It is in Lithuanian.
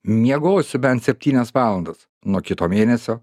miegosiu bent septynias valandas nuo kito mėnesio